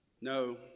No